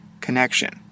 connection